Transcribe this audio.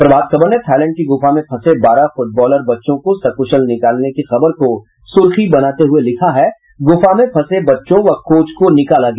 प्रभात खबर ने थाईलैंड की गुफा में फंसे बारह फुटबॉलर बच्चों को सक्शल निकालने की खबर को सुर्खी बनाते हुये लिखा है गुफा में फंसे बच्चों व कोच को निकाला गया